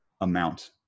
amount